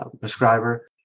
Prescriber